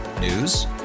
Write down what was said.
News